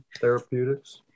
therapeutics